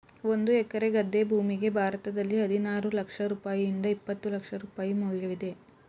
ಒಂದು ಎಕರೆ ಗದ್ದೆ ಭೂಮಿಗೆ ಭಾರತದಲ್ಲಿ ಹದಿನಾರು ಲಕ್ಷ ರೂಪಾಯಿಯಿಂದ ಇಪ್ಪತ್ತು ಲಕ್ಷ ರೂಪಾಯಿ ಮೌಲ್ಯವಿದೆ